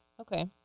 okay